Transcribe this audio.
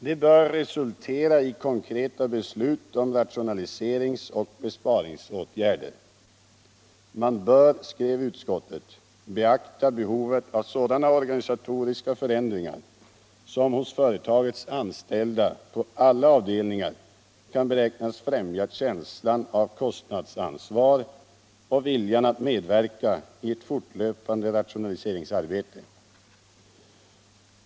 Det bör resultera i konkreta beslut om rationaliserings och besparingsåtgärder. Man bör, skrev utskottet, beakta behovet av sådana organisatoriska förändringar som hos företagets anställda på olika avdelningar kan beräknas främja känslan av kostnadsansvar och viljan att medverka vid ett fortlöpande rationaliseringsarbete.